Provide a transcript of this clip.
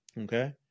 Okay